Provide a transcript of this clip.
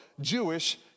Jewish